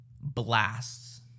blasts